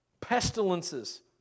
Pestilences